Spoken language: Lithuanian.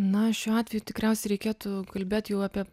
na šiuo atveju tikriausiai reikėtų kalbėt jau apie